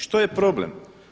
Što je problem?